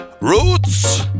Roots